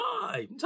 time